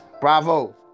Bravo